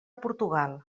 portugal